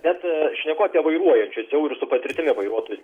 bet šneku apie vairuojančius jau ir su patirtimi vairuotojus